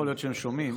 יכול להיות שהם שומעים.